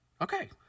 Okay